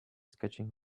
sketching